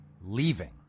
leaving